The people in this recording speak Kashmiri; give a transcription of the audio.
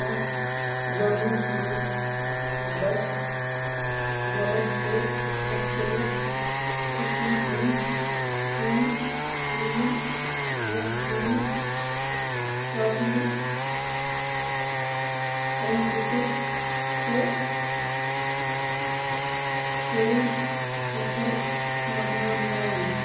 تتھ جنٛگلس منٛز چھِ بِچہِ ، ذلَر، تہٕ مُختلِف قٕسمٕکۍ ہٕنٛدۍ کیٚمۍ کرٛیٖل یتھ کُنہٕ زپنہٕ پن پونٛپرتہٕ ٹڈٕل یتھر لبنان یوان